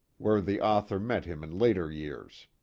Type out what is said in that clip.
where the author met him in later years.